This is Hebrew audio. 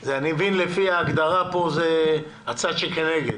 אני מבין שזה הצד שכנגד.